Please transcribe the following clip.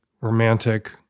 romantic